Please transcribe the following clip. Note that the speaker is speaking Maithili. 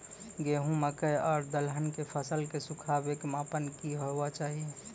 गेहूँ, मकई आर दलहन के फसलक सुखाबैक मापक की हेवाक चाही?